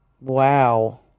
Wow